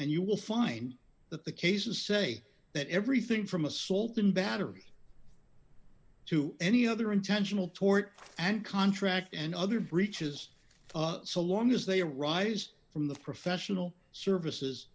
and you will find that the cases say that everything from assault and battery to any other intentional tort and contract and other breaches so long as they arise from the professional services